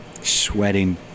sweating